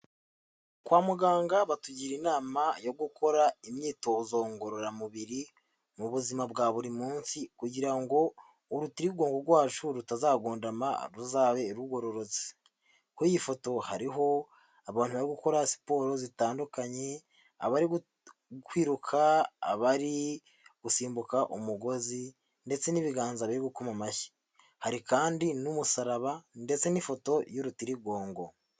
Kwa muganga batugira inama yo gukora imyitozo ngororamubiri mu buzima bwa buri munsi kugira ngo urutirigongo rwacu rutazagondama ruzabe rugororotse kuri iyi foto hariho abantu bari gukora siporo zitandukanye abari kwiruka, abari gusimbuka umugozi ndetse n'ibiganza biri gukoma amashyi hari kandi n'umusaraba ndetse n'ifoto y'urutirigongo.